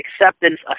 acceptance